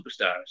superstars